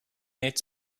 its